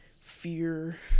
fear